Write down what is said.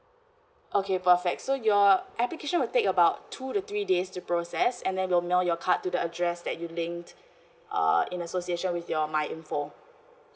okay perfect so your application will take about two to three days to process and then we'll mail your card to the address that you linked uh in association with your myinfo